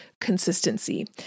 consistency